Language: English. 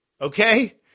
okay